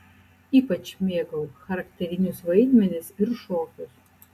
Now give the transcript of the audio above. ypač mėgau charakterinius vaidmenis ir šokius